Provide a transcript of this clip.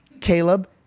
Caleb